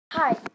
Hi